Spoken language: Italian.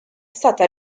stata